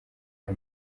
nka